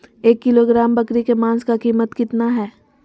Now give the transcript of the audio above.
एक किलोग्राम बकरी के मांस का कीमत कितना है?